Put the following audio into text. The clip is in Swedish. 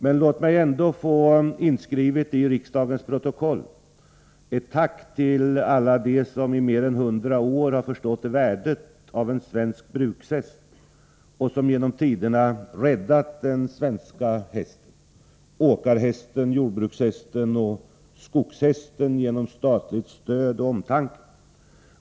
Men låt mig ändå få inskrivet i riksdagens protokoll ett tack till alla dem som i mer än hundra år har förstått värdet av en svensk brukshäst och genom tiderna räddat den svenska hästen, åkarhästen, jordbrukshästen och skogshästen genom statligt stöd och omtanke.